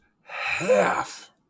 half